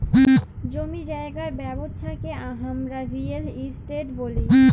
জমি জায়গার ব্যবচ্ছা কে হামরা রিয়েল এস্টেট ব্যলি